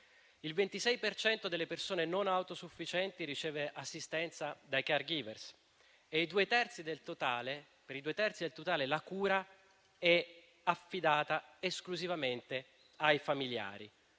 cento delle persone non autosufficienti riceve assistenza dai *caregiver* e per i due terzi del totale la cura è affidata esclusivamente ai familiari,